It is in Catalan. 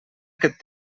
aquest